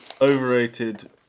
overrated